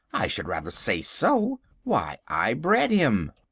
i should rather say so. why, i bred him!